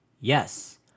Yes